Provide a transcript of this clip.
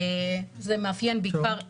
זה מאפיין בעיקר אירועים,